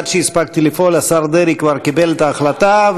עד שהספקתי לפעול, השר דרעי כבר קיבל את ההחלטה.